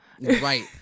right